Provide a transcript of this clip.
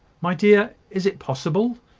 my dear! is it possible?